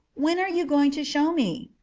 when are you going to show me?